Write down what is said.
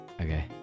Okay